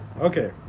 Okay